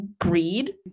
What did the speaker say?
Greed